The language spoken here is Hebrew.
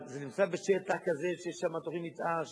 אבל זה נמצא בשטח כזה שיש שם תוכנית מיתאר,